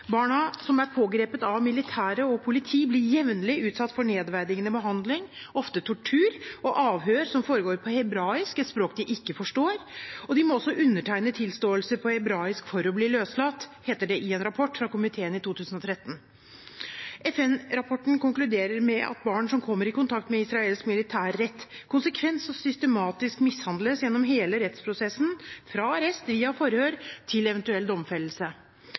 Barna som er pågrepet av militære og politi, blir jevnlig utsatt for nedverdigende behandling, ofte tortur, og avhør som foregår på hebraisk – et språk de ikke forstår. De må også undertegne tilståelser på hebraisk for å bli løslatt, heter det i en rapport fra komiteen fra 2013. FN-rapporten konkluderer med at barn som kommer i kontakt med israelsk militærrett, konsekvent og systematisk mishandles gjennom hele rettsprosessen, fra arrest, via forhør til eventuell domfellelse.